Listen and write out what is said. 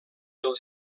del